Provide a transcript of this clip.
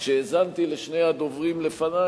ששני הדוברים לפני,